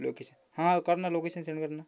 location हां कर ना लोकेशन सेन्ड कर न